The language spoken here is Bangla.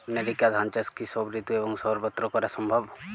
নেরিকা ধান চাষ কি সব ঋতু এবং সবত্র করা সম্ভব?